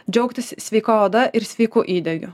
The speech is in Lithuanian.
džiaugtis sveika oda ir sveiku įdegiu